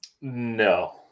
No